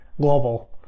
global